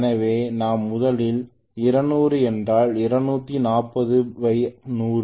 எனவே நான் முதலில் 200 என்றால் 240100 2